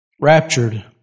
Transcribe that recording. Raptured